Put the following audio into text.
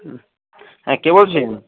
হ হ্যাঁ কে বলছেন